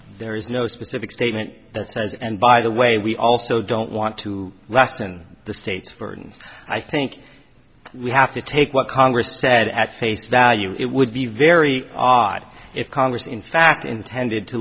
there is no specific statement that says and by the way we also don't want to last in the states for and i think we have to take what congress said at face value it would be very odd if congress in fact intended to